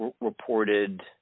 reported